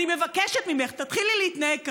אני מבקשת ממך, תתחילי להתנהג ככה.